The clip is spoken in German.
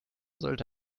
sollte